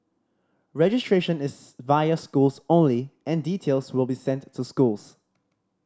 registration is via schools only and details will be sent to schools